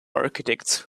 architects